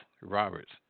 Roberts